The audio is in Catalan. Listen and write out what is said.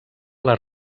les